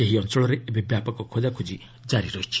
ସେହି ଅଞ୍ଚଳରେ ଏବେ ବ୍ୟାପକ ଖୋଜାଖୋଜି କାରି ରହିଛି